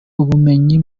ubumenyi